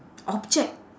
object